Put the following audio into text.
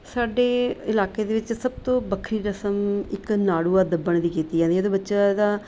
ਸਾਡੇ ਇਲਾਕੇ ਦੇ ਵਿੱਚ ਸਭ ਤੋਂ ਵੱਖਰੀ ਰਸਮ ਇੱਕ ਨਾੜੂਆ ਦੱਬਣ ਦੀ ਕੀਤੀ ਜਾਂਦੀ ਹੈ ਅਤੇ ਬੱਚਾ ਇਹਦਾ